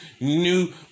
New